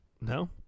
No